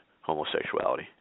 homosexuality